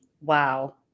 wow